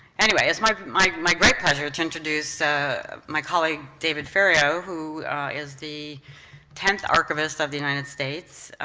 anyway, it's my my my great pleasure to introduce my colleague david ferriero who is the tenth archivist of the united states.